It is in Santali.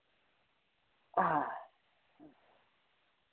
ᱦᱮᱸ